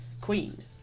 queen